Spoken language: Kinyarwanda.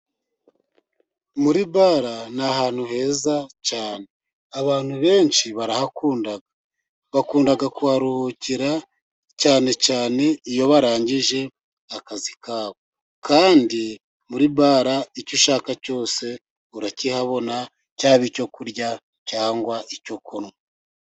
Muri bala ni ahantu heza cyane abantu benshi barahakunda , bakunda kuharuhukira cyane cyane iyo barangije akazi kabo, kandi muri bala icyo ushaka cyose urakihabona cyaba icyo kurya ,cyangwa icyo kunywa.